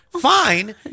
Fine